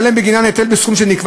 זה מה שאתם תראו